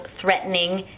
threatening